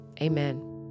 amen